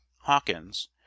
hawkins